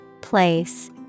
Place